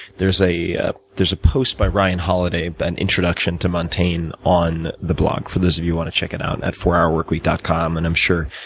there's a ah there's a post by ryan halliday, an introduction to montaigne on the blog, for those of you who want to check it out at fourhourworkweek dot com. and i'm sure